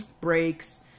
Breaks